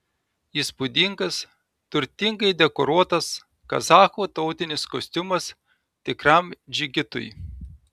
įspūdingas turtingai dekoruotas kazachų tautinis kostiumas tikram džigitui